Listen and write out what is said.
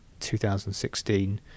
2016